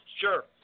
Sure